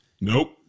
Nope